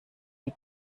die